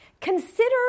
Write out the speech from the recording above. Consider